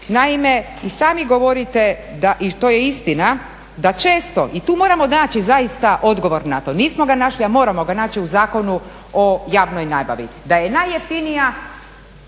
Naime, i sami govorite i to je istina da često i tu moramo naći zaista odgovor na to. Nismo ga našli, a moramo ga naći u Zakonu o javnoj nabavi, da je najjeftinija